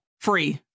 Free